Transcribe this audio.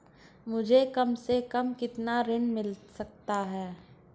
मुझे कम से कम कितना ऋण मिल सकता है?